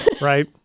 right